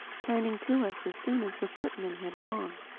turning to us as soon as the footman had gone.